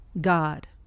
God